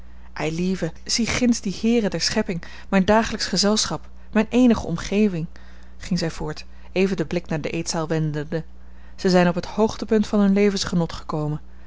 eilieve zie ginds die heeren der schepping mijn dagelijksch gezelschap mijne eenige omgeving ging zij voort even den blik naar de eetzaal wendende zij zijn op het hoogtepunt van hun levensgenot gekomen